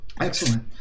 Excellent